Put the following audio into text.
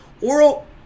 Oral